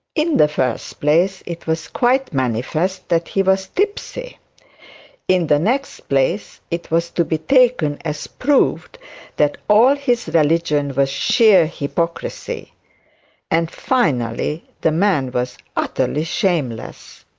in the first place it was quite manifest that he was tipsy in the next place, it was to be taken as proved that all his religion was sheer hypocrisy and finally the man was utterly shameless.